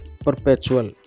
Perpetual